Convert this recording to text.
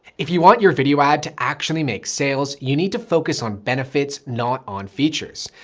if you want your video ad to actually make sales? you need to focus on benefits, not on features.